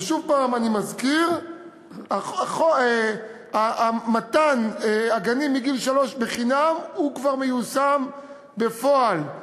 ושוב פעם אני מזכיר: מתן גנים מגיל שלוש חינם כבר מיושם בפועל,